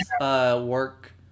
work